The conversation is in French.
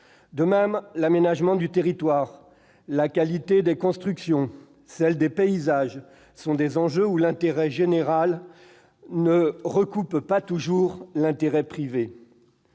De même, l'aménagement du territoire, la qualité des constructions et celle des paysages sont des enjeux où l'intérêt général ne recoupe pas toujours l'intérêt privé.